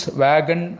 wagon